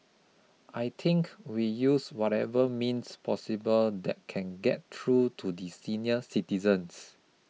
I think we use whatever means possible that can get through to the senior citizens